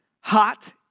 Hot